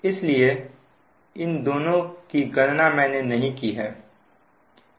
इसलिए इन दोनों की गणना मैंने नहीं की है